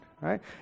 right